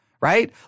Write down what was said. Right